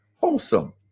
wholesome